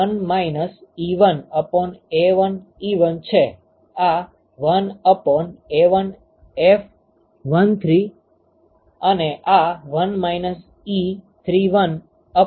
તેથી આ 1 1A11 છે આ 1A1F13 અને આ 1 31A331 છે